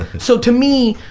so to me,